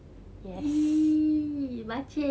!ee! bacin